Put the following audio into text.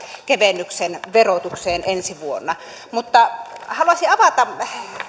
kevennyksen verotukseen ensi vuonna mutta haluaisin avata